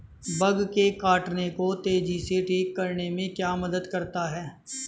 Bug के काटने को तेजी से ठीक करने में क्या मदद करता है?